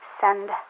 Send